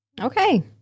Okay